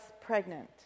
pregnant